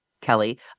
Kelly